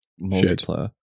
multiplayer